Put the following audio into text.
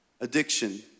addiction